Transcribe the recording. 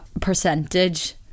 percentage